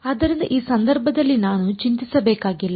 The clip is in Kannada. ಆದ್ದರಿಂದ ಈ ಸಂದರ್ಭದಲ್ಲಿ ನಾನು ಚಿಂತಿಸಬೇಕಾಗಿಲ್ಲ